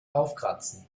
aufkratzen